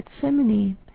Gethsemane